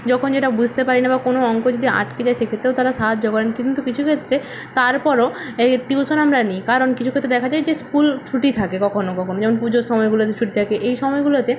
যখন যেটা বুঝতে পারি না বা কোনো অঙ্ক যদি আটকে যায় সেক্ষেত্রেও তারা সাহায্য করেন কিন্তু কিছু ক্ষেত্রে তারপরও এই টিউশন আমরা নিই কারণ কিছু ক্ষেত্রে দেখা যায় যে স্কুল ছুটি থাকে কখনও কখনও যেমন পুজোর সময়গুলোতে ছুটি থাকে এই সময়গুলোতে